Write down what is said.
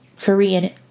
Korean